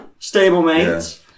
stablemates